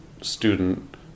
student